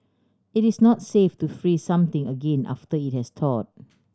it is not safe to freeze something again after it has thaw